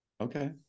okay